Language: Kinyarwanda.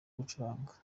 gucuranga